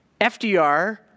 FDR